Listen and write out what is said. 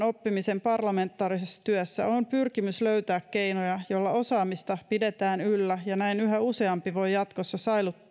oppimisen parlamentaarisessa työssä on pyrkimys löytää keinoja joilla osaamista pidetään yllä näin yhä useampi voi jatkossa